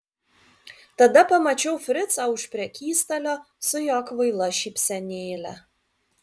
tada pamačiau fricą už prekystalio su jo kvaila šypsenėle